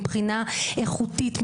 מבחינה איכותית,